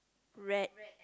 red